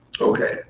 Okay